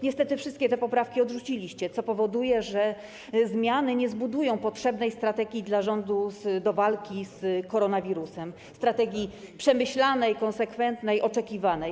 Niestety wszystkie te poprawki odrzuciliście, co powoduje, że zmiany nie zbudują potrzebnej strategii dla rządu do walki z koronawirusem, strategii przemyślanej, konsekwentnej, oczekiwanej.